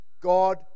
God